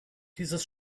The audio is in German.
dieses